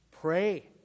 pray